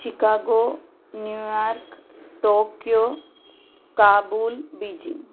Chicago New York Tokyo Kabul Beijing